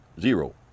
zero